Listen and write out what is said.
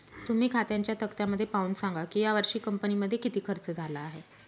तुम्ही खात्यांच्या तक्त्यामध्ये पाहून सांगा की यावर्षी कंपनीमध्ये किती खर्च झाला आहे